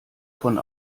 von